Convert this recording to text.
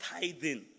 tithing